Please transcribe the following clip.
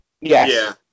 Yes